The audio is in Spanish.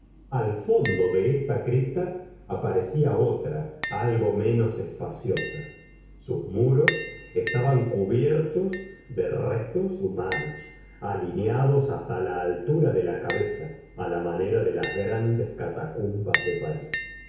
al fondo de esta cripta aparecía otra algo menos espaciosa sus muros estaban cubiertos de restos humanos alineados hasta la altura de la cabeza a la manera de las grandes catacumbas de parís